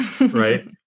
right